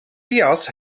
jas